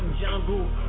jungle